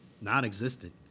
non-existent